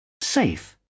safe